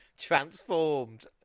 transformed